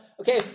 Okay